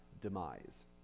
demise